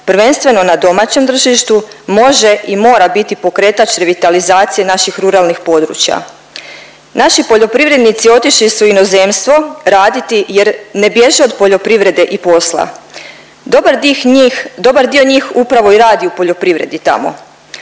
prvenstveno na domaćem tržištu može i mora biti pokretač revitalizacije naših ruralnih područja. Naši poljoprivrednici otišli su u inozemstvo raditi jer ne bježe od poljoprivrede i posla, dobar tih njih, dobar dio njih upravo i radi u poljoprivredi tamo.